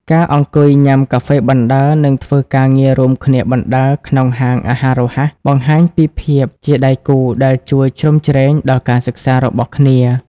ការអង្គុយញ៉ាំកាហ្វេបណ្ដើរ និងធ្វើការងាររួមគ្នាបណ្ដើរក្នុងហាងអាហាររហ័ស បង្ហាញពីភាពជាដៃគូដែលជួយជ្រោមជ្រែងដល់ការសិក្សារបស់គ្នា។